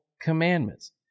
commandments